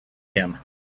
him